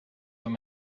what